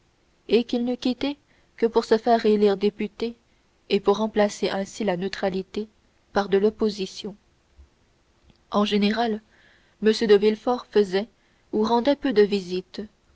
et qu'il n'eût quittée que pour se faire élire député et pour remplacer ainsi la neutralité par de l'opposition en général m de villefort faisait ou rendait peu de visites